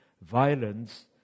violence